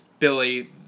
Billy